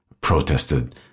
protested